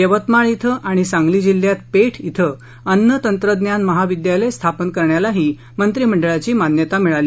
यवतमाळ इथं आणि सांगली जिल्ह्यात पेठ इथं अन्नतंत्रज्ञान महाविद्यालय स्थापन करण्याला ही मान्यता मिळाली